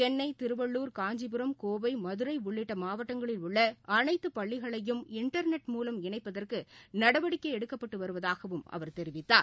சென்னை திருவள்ளூர் காஞ்சிபுரம் கோவை மதுரை உள்ளிட்ட மாவட்டங்களில் உள்ள அனைத்து பள்ளிகளையும் இன்டர்நெட் மூவம் இணைப்பதற்கு நடவடிக்கை எடுக்கப்பட்டு வருவதாகவும் அவர் தெரிவித்தார்